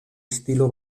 estilo